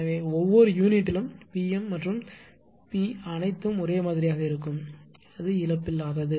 எனவே ஒவ்வொரு யூனிட்டிலும் P m மற்றும் P அனைத்தும் ஒரே மாதிரியாக இருக்கும் அது இழப்பில்லாதது